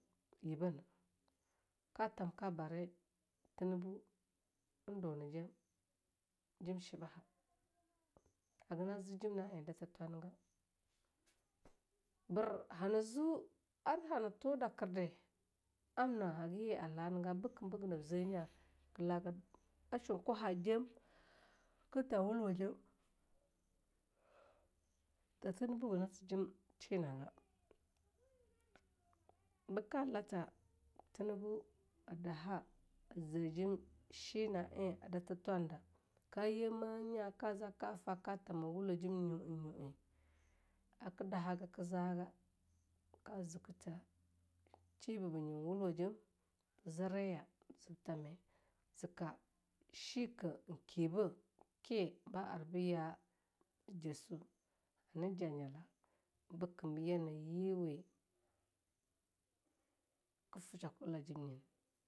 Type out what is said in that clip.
Yiban ka tham ka bari Tinubu en dunajem, jim shibaha, haga na zi jim na eh dutir thwa naga. bir hana zu ar hana tu dakir di amna hagayi a la naga bikam ba haga nab ze nya kalaga a shun kwaha jem ka tham wulwa jem ta Tinubu haga na zijem shinaga. bika lata Tinubu a daha a ze jem shina eh a datir thwana da kayema nya kazaka fa ka tama widwo jim nyu'eh nyu'e aka dahaga ka zaga. ka zika ta shiba ba nyim wulwa jim ziriya zaiba thame zika cika kiba ke ba arbu ya Jessu na ja nyala bikam yama yiwe.